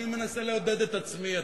אני מנסה לעודד את עצמי,